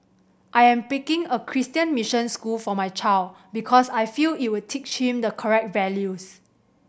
I am picking a Christian mission school for my child because I feel it would teach him the correct values